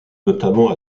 notamment